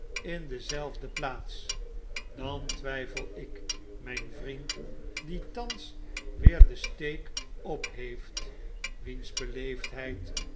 in dezelfde plaats dan twiifel ik myn vriend die thans weer den steek op heeft